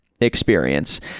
experience